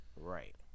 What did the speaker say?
Right